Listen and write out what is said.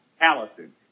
Allison